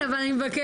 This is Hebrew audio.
באופן גורף,